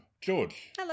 George